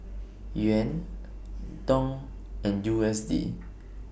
Yuan Dong and U S D